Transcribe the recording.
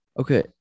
okay